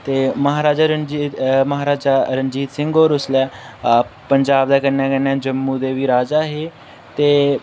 ते म्हाराजा रंजीत म्हाराजा रंजीत सिंह होर उसलै पंजाब दे कन्नै कन्नै जम्मू दे बी राजा हे ते